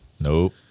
nope